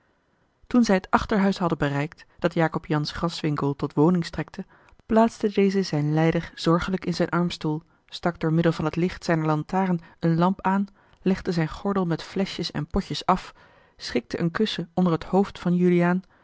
toen zij het achterhuis hadden bereikt dat jacob jansz graswinckel tot woning strekte plaatste deze zijn lijder zorgelijk in zijn armstoel stak door middel van het licht zijner lantaarn eene lamp aan legde zijn gordel met fleschjes en potjes af schikte een kussen onder het hoofd van juliaan